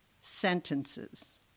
sentences